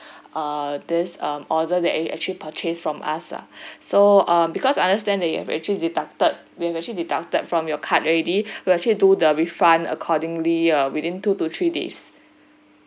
uh this uh order that you actually purchased from us lah so ah because I understand that we have actually deducted we have actually deducted from your card already we'll actually do the refund accordingly uh within two to three days